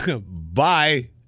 bye